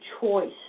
choice